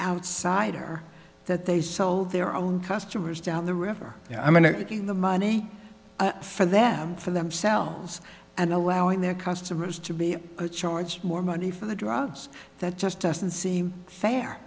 outsiders are that they sold their own customers down the river i'm going to give the money for them for themselves and allowing their customers to be charged more money for the drugs that just doesn't seem fair